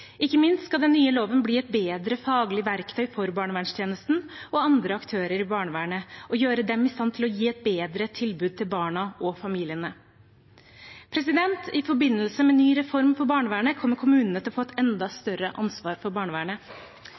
Ikke minst skal den nye loven bli et bedre faglig verktøy for barnevernstjenesten og andre aktører i barnevernet og gjøre dem i stand til å gi et bedre tilbud til barna og familiene. I forbindelse med ny reform for barnevernet kommer kommunene til å få et enda større ansvar for barnevernet.